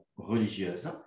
religieuses